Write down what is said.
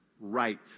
right